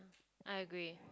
I agree